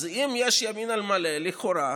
אז אם יש ימין על מלא, לכאורה,